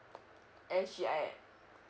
N_G_I_A